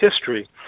history